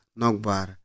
nogbar